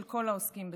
של כל העוסקים בספורט.